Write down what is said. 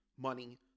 money